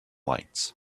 lights